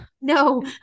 No